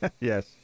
Yes